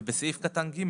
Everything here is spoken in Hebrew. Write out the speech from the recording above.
ובסעיף (ג),